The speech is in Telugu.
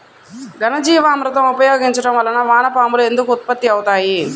ఘనజీవామృతం ఉపయోగించటం వలన వాన పాములు ఎందుకు ఉత్పత్తి అవుతాయి?